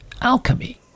alchemy